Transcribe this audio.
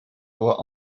doit